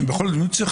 צריך